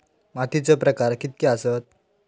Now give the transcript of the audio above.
मातीचे प्रकार कितके आसत?